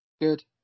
Good